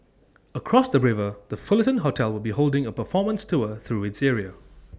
across the river the Fullerton hotel will be holding A performance tour through its area